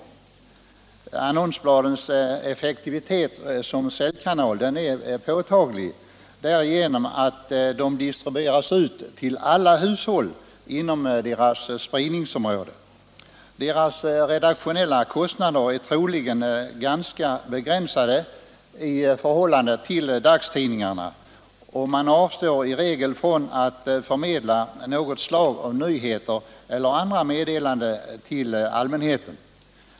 Annonsbladens effektivitet som säljkanaler är påtaglig därigenom att de distribueras ut till alla hushåll inom spridningsområdet. Deras redaktionella kostnader är troligen ganska begränsade i förhållande till dagstidningarnas, och de avstår i regel från att förmedla något slag av nyheter eller andra meddelanden till allmänheten.